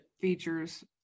features